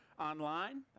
online